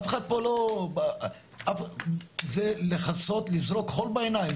אף אחד פה לא, זה לכסות, זה לזרות חול בעיניים.